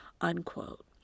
Unquote